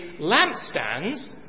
lampstands